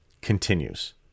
continues